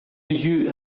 you